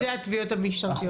אלה התביעות המשטרתיות.